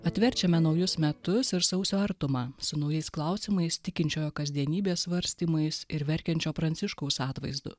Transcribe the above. atverčiame naujus metus ir sausio artumą su naujais klausimais tikinčiojo kasdienybės svarstymais ir verkiančio pranciškaus atvaizdu